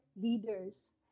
leaders